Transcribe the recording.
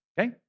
Okay